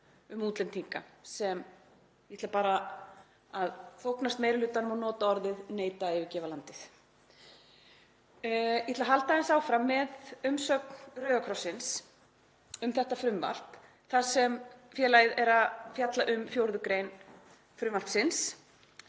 um útlendinga sem, ég ætla bara að þóknast meiri hlutanum og nota orðin neita að yfirgefa landið. Ég ætla að halda aðeins áfram með umsögn Rauða krossins um þetta frumvarp þar sem félagið er að fjalla um 4. gr. frumvarpsins